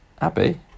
Abby